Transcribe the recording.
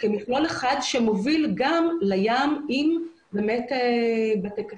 כמכלול אחד שמוביל גם לים עם בתי קפה,